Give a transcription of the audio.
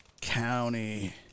County